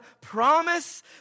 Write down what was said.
promise